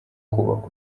kubaka